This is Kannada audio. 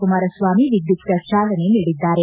ಕುಮಾರಸ್ಥಾಮಿ ವಿದ್ಯುಕ್ತ ಚಾಲನೆ ನೀಡಿದ್ದಾರೆ